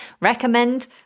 Recommend